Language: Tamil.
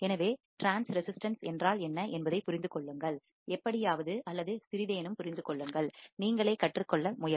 எனவே ட்ரான்ஸ்ரெசிஸ்டன்ஸ் என்றால் என்ன என்பதைப் புரிந்து கொள்ளுங்கள் எப்படியாவது அல்லது சிறிதேனும் புரிந்து கொள்ளுங்கள் நீங்களே கற்றுக்கொள்ள முயலவும்